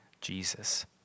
Jesus